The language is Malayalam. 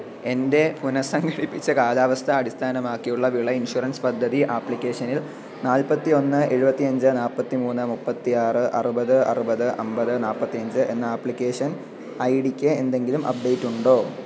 എന്റെ പുനഃസംഘടിപ്പിച്ച കാലാവസ്ഥ അടിസ്ഥാനമാക്കിയുള്ള വിള ഇൻഷുറൻസ് പദ്ധതി ആപ്ലിക്കേഷനിൽ നാൽപത്തിയൊന്ന് എഴുപത്തിയഞ്ച് നാല്പത്തിമൂന്ന് മുപ്പത്തിയാറ് അറുപത് അറുപത് അമ്പത് നാല്പത്തിയഞ്ച് എന്ന ആപ്ലിക്കേഷൻ ഐ ഡിക്ക് എന്തെങ്കിലും അപ്ഡേറ്റുണ്ടോ